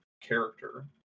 character